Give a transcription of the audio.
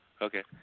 Okay